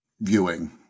viewing